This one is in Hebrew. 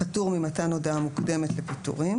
פטור ממתן הודעה מוקדמת לפיטורים,